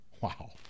Wow